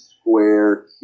square